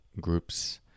group's